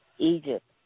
Egypt